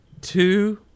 Two